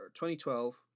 2012